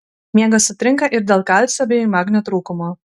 miegas sutrinka ir dėl kalcio bei magnio trūkumo